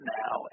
now